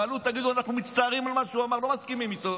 תעלו ותגידו: אנחנו מצטערים על מה שהוא אמר ולא מסכימים איתו,